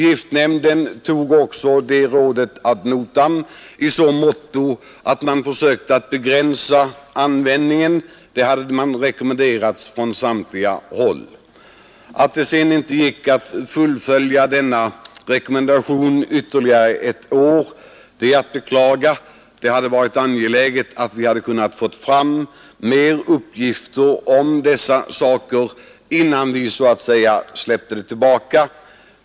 Giftnämnden tog också experternas råd att begränsa användningen ad notam. Att det sedan inte gick att vidhålla denna rekommendation ytterligare ett år är att beklaga; det hade varit angeläget att vi fått fram mer uppgifter innan ett nytt beslut fattades.